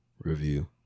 review